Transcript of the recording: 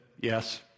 yes